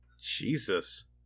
Jesus